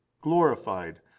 glorified